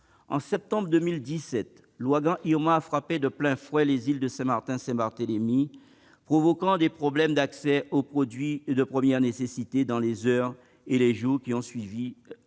En septembre 2017, l'ouragan Irma a frappé de plein fouet les îles de Saint-Barthélemy et de Saint-Martin, provoquant des difficultés d'accès aux produits de première nécessité dans les heures et les jours qui ont suivi